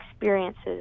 experiences